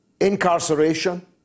incarceration